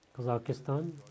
Kazakhstan